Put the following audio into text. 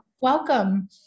welcome